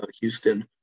Houston